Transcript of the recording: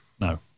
No